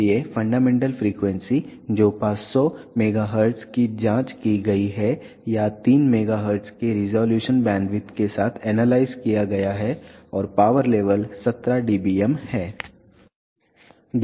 इसलिए fundamental frequency जो 500 MHz की जांच की गई है या 3 MHz के रिज़ॉल्यूशन बैंडविड्थ के साथ एनालाइज किया गया है और पावर लेवल 17 dBm है